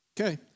okay